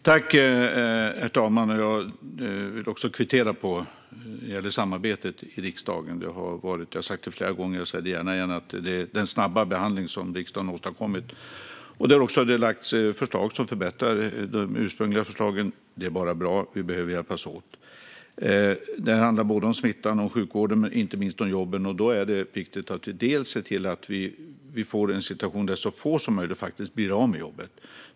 Herr talman! Jag kvitterar vad gäller samarbetet i riksdagen och den snabba behandling som riksdagen åstadkommit. Jag har sagt det flera gånger och säger det gärna igen. Att det har lagts fram förslag som förbättrar de ursprungliga förslagen är bara bra. Vi behöver hjälpas åt. Det här handlar både om smittan och om sjukvården men inte minst även om jobben. Det är viktigt att vi ser till att så få som möjligt blir av med jobbet.